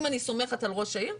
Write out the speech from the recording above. אם אני סומכת על ראש העיר,